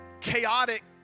chaotic